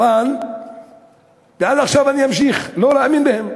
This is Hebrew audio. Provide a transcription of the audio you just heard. ועד עכשיו אמשיך לא להאמין בהם,